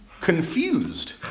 confused